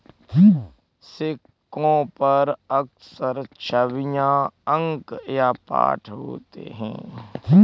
सिक्कों पर अक्सर छवियां अंक या पाठ होते हैं